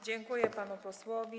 Dziękuję panu posłowi.